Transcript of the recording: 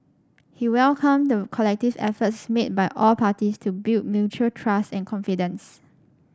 he welcomed the collective efforts made by all parties to build mutual trust and confidence